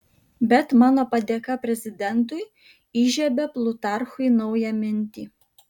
bet mano padėka prezidentui įžiebia plutarchui naują mintį